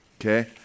okay